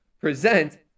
present